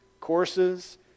courses